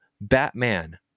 Batman